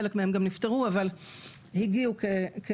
חלק מהם גם נפטרו אבל הגיעו כפצועים,